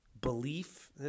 belief